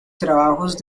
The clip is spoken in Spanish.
trabajos